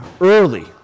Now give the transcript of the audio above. early